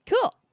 cool